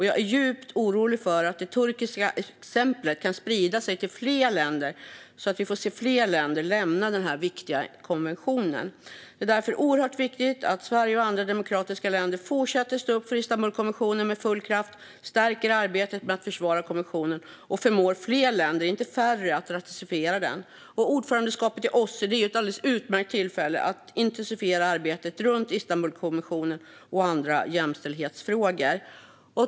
Jag är djupt orolig för att det turkiska exemplet sprider sig till fler länder så att vi får se fler länder lämna denna viktiga konvention. Det är därför oerhört viktigt att Sverige och andra demokratiska länder fortsätter att stå upp för Istanbulkonventionen med full kraft, stärker arbetet med att försvara konventionen och förmår fler länder, inte färre, att ratificera den. Ordförandeskapet i OSSE är ett utmärkt tillfälle att intensifiera arbetet med Istanbulkonventionen och andra jämställdhetsfrågor.